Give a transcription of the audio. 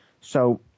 So-